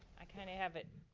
i kinda have it,